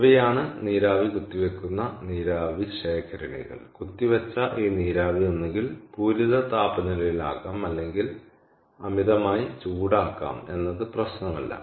ഇവയാണ് നീരാവി കുത്തിവയ്ക്കുന്ന നീരാവി ശേഖരണികൾ കുത്തിവച്ച ഈ നീരാവി ഒന്നുകിൽ പൂരിത താപനിലയിൽ ആകാം അല്ലെങ്കിൽ അമിതമായി ചൂടാക്കാം എന്നത് പ്രശ്നമല്ല